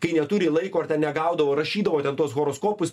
kai neturi laiko ar ten negaudavo rašydavo ten tuos horoskopus